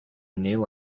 new